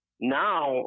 now